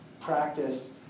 practice